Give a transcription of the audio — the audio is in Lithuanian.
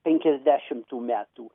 penkiasdešimtų metų